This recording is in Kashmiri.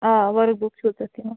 آ ؤرٕک بُک چھو تَتھ یِوان